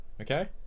Okay